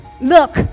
look